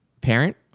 parent